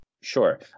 Sure